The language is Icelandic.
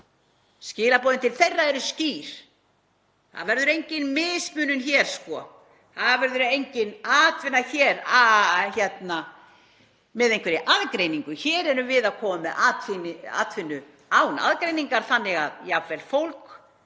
Skilaboðin til þeirra eru skýr: Það verður engin mismunun hér, það verður engin atvinna með einhverri aðgreiningu. Hér erum við að koma með atvinnu án aðgreiningar þannig að jafnvel fólk